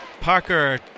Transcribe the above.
Parker